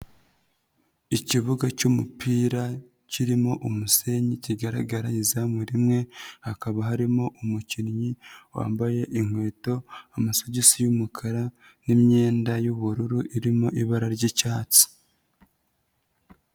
Ikibuga cy'umupira kirimo umusenyi kigaragara izamu rimwe, hakaba harimo umukinnyi wambaye inkweto, amasogisi y'umukara n'iyenda y'ubururu irimo ibara ry'icyatsi.